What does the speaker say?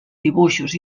dibuixos